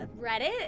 Reddit